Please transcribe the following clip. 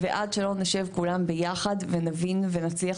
ועד שלא נשב כולם ביחד ונבין ונצליח